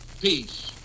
peace